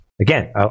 again